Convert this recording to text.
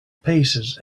paces